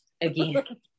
again